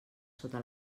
sota